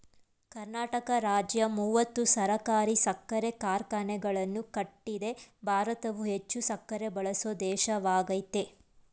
ಕರ್ನಾಟಕ ರಾಜ್ಯ ಮೂವತ್ತು ಸಹಕಾರಿ ಸಕ್ಕರೆ ಕಾರ್ಖಾನೆಗಳನ್ನು ಕಟ್ಟಿದೆ ಭಾರತವು ಹೆಚ್ಚು ಸಕ್ಕರೆ ಬಳಸೋ ದೇಶವಾಗಯ್ತೆ